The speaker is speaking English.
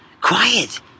quiet